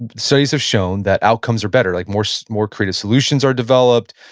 studies have shown that outcomes are better, like more so more creative solutions are developed,